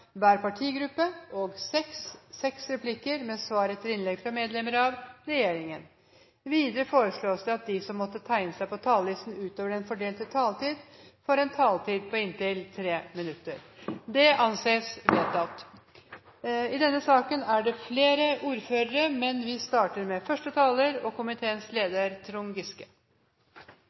hver partigruppe og seks replikker med svar etter innlegg fra medlemmer av regjeringen innenfor den fordelte taletid. Videre foreslås det at de som måtte tegne seg på talerlisten utover den fordelte taletid, får en taletid på inntil 3 minutter. – Det anses vedtatt. Når nettene blir lange og kulda setter inn, foretar Stortinget det